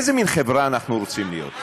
איזו מין חברה אנחנו רוצים להיות?